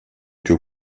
queue